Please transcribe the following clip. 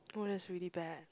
oh that's really bad